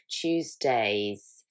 tuesdays